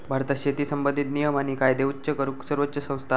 भारतात शेती संबंधित नियम आणि कायदे करूक सर्वोच्च संस्था हा